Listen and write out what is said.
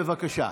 בבקשה.